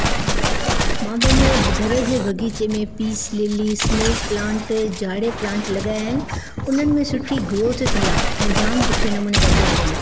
मां पंहिंजे घर जे बग़ीचे में पीस लिलीज़ स्नेक प्लान्ट जाड़े प्लान्ट लॻाया आहिनि उन्हनि में सुठी ग्रोथ थी आहे ऐं जाम सुठे नमूने वधिया आहिनि